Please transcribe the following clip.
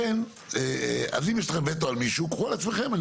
לכן, אם יש לכם וטו על מישהו, קחו על עצמכם.